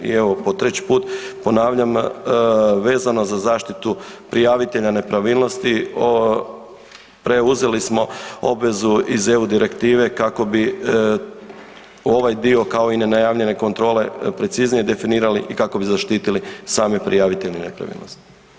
I evo, po treći put ponavljam, vezano za zaštitu prijavitelja nepravilnosti o, preuzeli smo obvezu iz EU direktive kako bi ovaj dio, kao i nenajavljene kontrole, preciznije definirali i kako bi zaštitili same prijavitelje nepravilnosti.